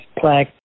plaque